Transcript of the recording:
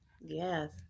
Yes